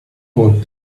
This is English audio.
about